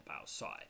outside